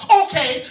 okay